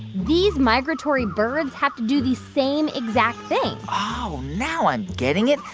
these migratory birds have to do the same exact thing oh, now i'm getting it.